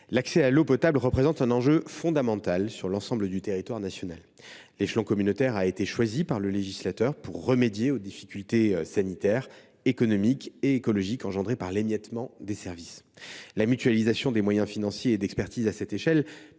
l’accès à l’eau potable représente un enjeu fondamental sur l’ensemble du territoire national. L’échelon communautaire a été choisi par le législateur pour remédier aux difficultés sanitaires, économiques et écologiques engendrées par l’émiettement des services. En effet, la mutualisation des moyens financiers et d’expertise à cette échelle